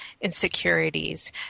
insecurities